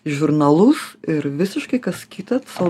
žurnalus ir visiškai kas kita sau